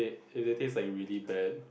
it really tastes like really bad